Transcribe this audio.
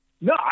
No